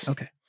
Okay